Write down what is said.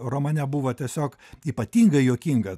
romane buvo tiesiog ypatingai juokinga